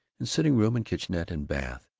and sitting-room and kitchenette and bath,